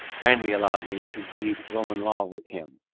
kindly allowed me to read roman law with him.